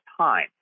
time